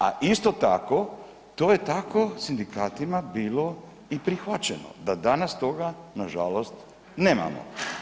A isto tako, to je tako sindikatima bilo i prihvaćeno da danas toga na žalost nemamo.